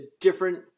different